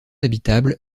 habitable